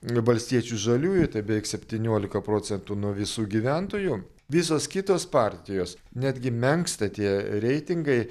valstiečių žaliųjų tai beveik septyniolika procentų nuo visų gyventojų visos kitos partijos netgi menksta tie reitingai